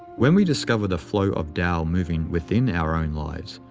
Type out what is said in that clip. when we discover the flow of tao moving within our own lives,